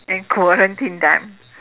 and quarantine them